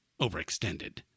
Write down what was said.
overextended